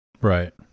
Right